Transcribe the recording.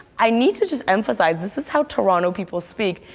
i need to just emphasize this is how toronto people speak.